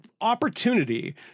opportunity